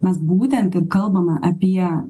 mes būtent ir kalbame apie